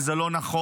וזה לא נכון,